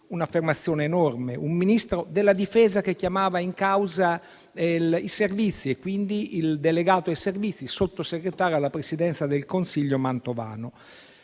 Un'affermazione enorme, un Ministro della difesa che chiamava in causa i Servizi e quindi il delegato ai Servizi, il sottosegretario alla Presidenza del Consiglio Mantovano.